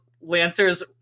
lancer's